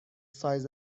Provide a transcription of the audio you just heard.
سایز